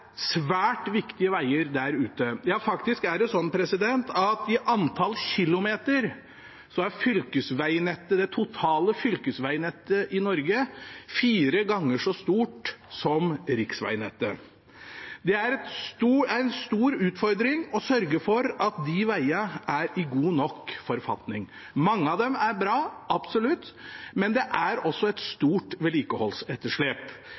svært viktige veier der ute. Ja, faktisk er det sånn at i antall kilometer er det totale fylkesveinettet i Norge fire ganger så stort som riksveinettet. Det er en stor utfordring å sørge for at de veiene er i god nok forfatning. Mange av dem er bra – absolutt, men det er også et